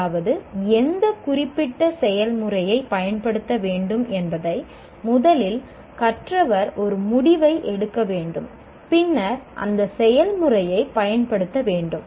அதாவது எந்த குறிப்பிட்ட செயல்முறையைப் பயன்படுத்த வேண்டும் என்பதை முதலில் கற்றவர் ஒரு முடிவை எடுக்க வேண்டும் பின்னர் அந்த செயல்முறையைப் பயன்படுத்த வேண்டும்